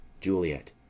Juliet